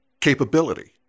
capability